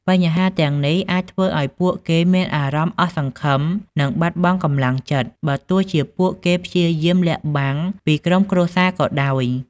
បញ្ហាទាំងនេះអាចធ្វើឲ្យពួកគេមានអារម្មណ៍អស់សង្ឃឹម និងបាត់បង់កម្លាំងចិត្ត បើទោះជាពួកគេព្យាយាមលាក់បាំងពីក្រុមគ្រួសារក៏ដោយ។